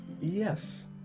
Yes